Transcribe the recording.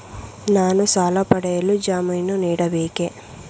ನಾನು ಸಾಲ ಪಡೆಯಲು ಜಾಮೀನು ನೀಡಬೇಕೇ?